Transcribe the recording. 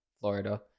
Florida